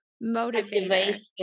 motivation